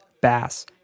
Bass